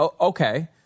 okay